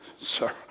Sir